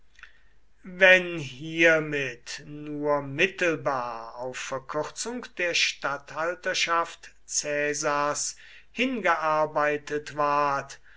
wenn hiermit nur mittelbar auf verkürzung der statthalterschaft caesars hingearbeitet ward